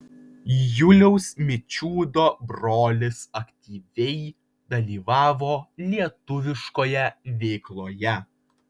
juliaus mičiūdo brolis aktyviai dalyvavo lietuviškoje veikloje